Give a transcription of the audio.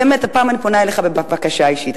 באמת הפעם אני פונה אליך בבקשה אישית.